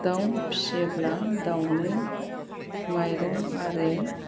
दाउ फिसियोब्ला दाउनो माइरं आरो